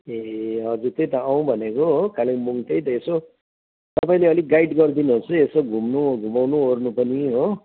ए हजुर त्यही त आउँ भनेको हो कालेबुङ त्यही त यसो तपाईँले अलिक गाइड गरिदिनुहोस् है यसो घुम्नु घुमाउनुओर्नु पनि हो